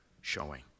showing